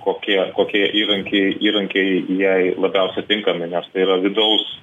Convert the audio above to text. kokie kokie įrankiai įrankiai jai labiausiai tinkami nes tai yra vidaus